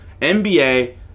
NBA